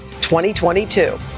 2022